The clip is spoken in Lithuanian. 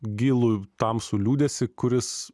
gilų tamsų liūdesį kuris